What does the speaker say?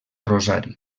rosari